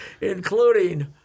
including